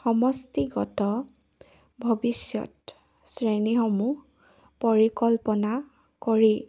সমষ্টিগত ভৱিষ্যত শ্ৰেণীসমূহ পৰিকল্পনা কৰি